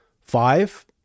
five